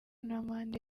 n’amande